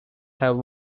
have